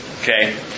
Okay